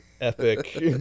epic